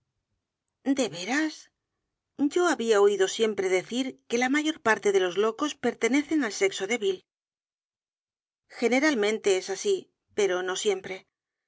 veras ya había oído siempre decir que la mayor parte de los locos pertenecen al sexo débil generalmente es así pero no siempre